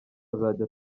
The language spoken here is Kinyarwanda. azajya